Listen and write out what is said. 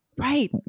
Right